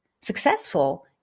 successful